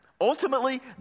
Ultimately